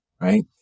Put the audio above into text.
right